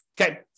Okay